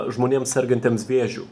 žmonėms sergantiems vėžiu